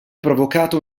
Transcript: provocato